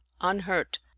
unhurt